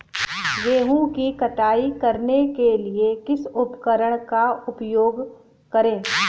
गेहूँ की कटाई करने के लिए किस उपकरण का उपयोग करें?